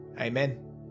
amen